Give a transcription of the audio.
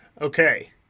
Okay